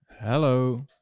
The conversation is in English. Hello